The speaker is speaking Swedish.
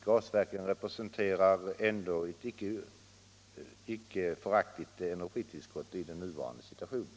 Gasverken representerar ändå ett icke föraktligt energitillskott i den nuvarande situationen.